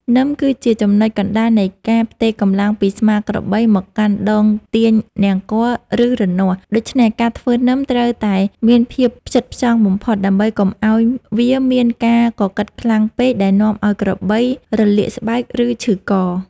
នឹមគឺជាចំណុចកណ្តាលនៃការផ្ទេរកម្លាំងពីស្មាក្របីមកកាន់ដងទាញនង្គ័ល ឬរនាស់ ដូច្នេះការធ្វើនឹមត្រូវតែមានភាពផ្ចិតផ្ចង់បំផុតដើម្បីកុំឱ្យវាមានការកកិតខ្លាំងពេកដែលនាំឱ្យក្របីរលាកស្បែក ឬឈឺក។